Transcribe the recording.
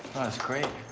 oh, it's great.